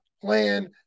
plan